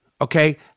Okay